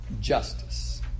justice